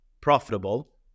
profitable